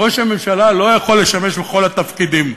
ראש הממשלה לא יכול לשמש בכל התפקידים.